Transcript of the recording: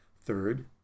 third